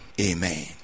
amen